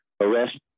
arrest